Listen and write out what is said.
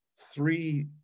three